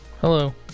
Hello